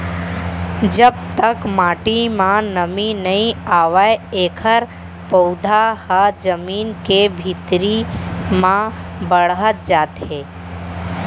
जब तक माटी म नमी नइ आवय एखर पउधा ह जमीन के भीतरी म बाड़हत जाथे